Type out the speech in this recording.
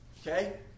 Okay